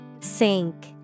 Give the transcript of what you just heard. Sink